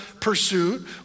pursuit